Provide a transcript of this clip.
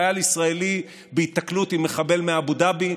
חייל ישראלי בהיתקלות עם מחבל מאבו דאבי,